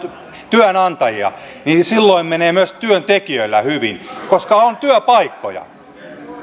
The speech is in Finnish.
työnantajia niin menee myös työntekijöillä hyvin koska on työpaikkoja